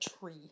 tree